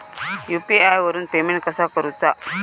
UPI वरून payment कसा करूचा?